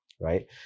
right